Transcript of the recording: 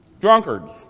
Drunkards